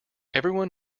everyone